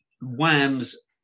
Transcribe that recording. Wham's